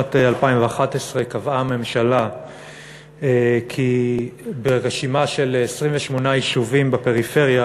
בשנת 2011 קבעה הממשלה רשימה של 28 יישובים בפריפריה